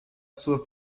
sua